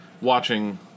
watching